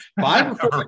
Five